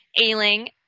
Ailing